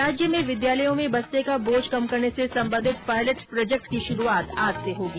राज्य में विद्यालयों में बस्ते का बोझ कम करने से संबंधित पायलट प्रोजेक्ट की शुरूआत आज से की जायेगी